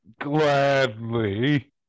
gladly